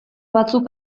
batzuk